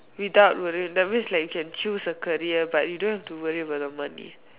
without worrying that means like you can choose a career but you don't have to worry about the money